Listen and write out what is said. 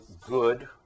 good